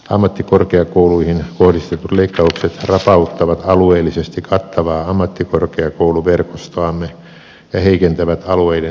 ammattikorkeakouluihin kohdistetut leikkaukset rapauttavat alueellisesti kattavaa ammattikorkeakouluverkostoamme ja heikentävät alueiden elinvoimaisuutta